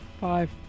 Five